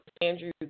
Andrew